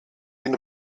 den